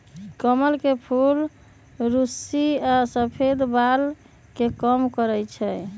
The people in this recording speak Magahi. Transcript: कमल के फूल रुस्सी आ सफेद बाल के कम करई छई